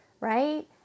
right